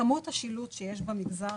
כמות השילוט שיש במגזר